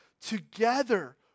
Together